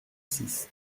six